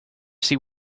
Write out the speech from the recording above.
see